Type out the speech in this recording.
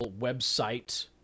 website